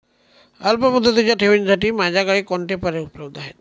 अल्पमुदतीच्या ठेवींसाठी माझ्याकडे कोणते पर्याय उपलब्ध आहेत?